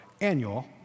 annual